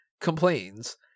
complains